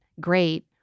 great